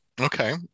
Okay